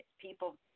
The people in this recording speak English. people